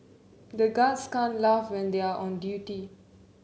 the guards can't laugh when they are on duty